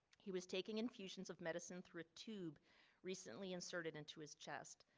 he was taking infusions of medicine through a tube recently. inserted into his chest.